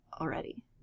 already